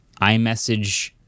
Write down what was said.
imessage